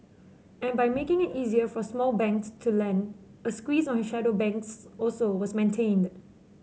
and by making it easier for small banks to lend a squeeze on shadow banks also was maintained